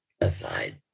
aside